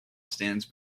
stands